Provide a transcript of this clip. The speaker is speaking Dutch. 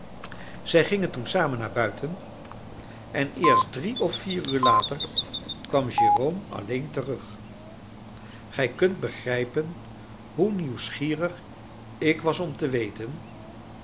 zij gingen toen samen naar buiten en eerst drie of vier uur later kwam jérôme alleen terug gij kunt begrijpen hoe nieuwsgierig ik was om te weten